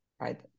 right